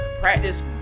Practice